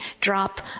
drop